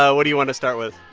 ah what do you want to start with?